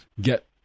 get